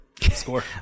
Score